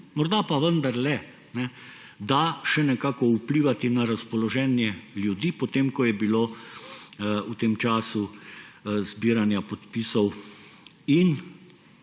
morda pa vendarle da še nekako vplivati na razpoloženje ljudi, potem ko je bilo v tem času zbiranja podpisov in,